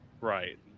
Right